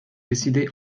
décidez